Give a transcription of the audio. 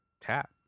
tap